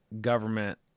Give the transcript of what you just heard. government